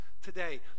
today